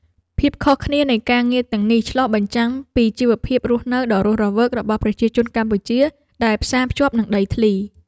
ភាពខុសគ្នានៃការងារទាំងនេះឆ្លុះបញ្ចាំងពីជីវភាពរស់នៅដ៏រស់រវើករបស់ប្រជាជនកម្ពុជាដែលផ្សារភ្ជាប់នឹងដីធ្លី។